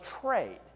trade